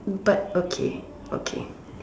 but okay okay